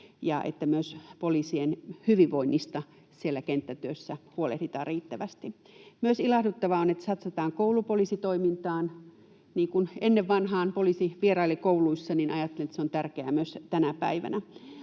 ja että myös poliisien hyvinvoinnista siellä kenttätyössä huolehditaan riittävästi. On myös ilahduttavaa, että satsataan koulupoliisitoimintaan. Niin kuin ennen vanhaan, kun poliisi vieraili kouluissa, niin ajattelen, että se on tärkeää myös tänä päivänä.